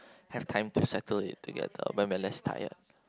have time to settle it together when we are less tired